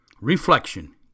Reflection